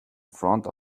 front